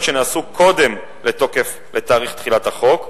שנעשו קודם לתוקף לתאריך תחילת החוק.